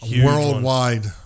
worldwide